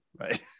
right